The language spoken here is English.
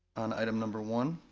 on item number one.